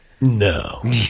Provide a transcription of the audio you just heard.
no